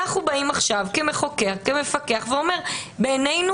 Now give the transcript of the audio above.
אנחנו באים עכשיו כמחוקק וכמפקח ואומרים: בעינינו